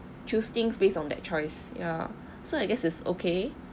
choose things based on that choice yeah so I guess it's okay